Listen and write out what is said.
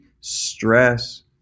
stress